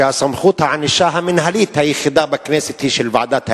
שסמכות הענישה המינהלית היחידה בכנסת היא של ועדת האתיקה,